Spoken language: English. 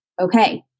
okay